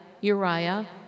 Uriah